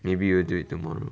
maybe you will do it tomorrow